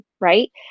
right